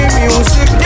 music